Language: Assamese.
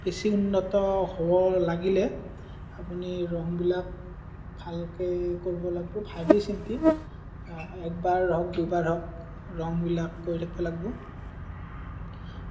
বেছি উন্নত হ'ব লাগিলে আপুনি ৰঙবিলাক ভালকৈ কৰিব লাগিব ভাৱি চিন্তি একবাৰ হওক দুইবাৰ হওঁক ৰঙবিলাক কৰি থাকিব লাগিব